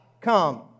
come